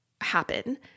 happen